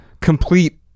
complete